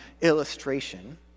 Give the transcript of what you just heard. illustration